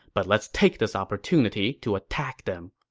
but let's take this opportunity to attack them.